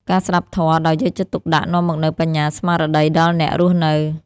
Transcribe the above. ការស្ដាប់ធម៌ដោយយកចិត្តទុកដាក់ នាំមកនូវបញ្ញាស្មារតីដល់អ្នករស់នៅ។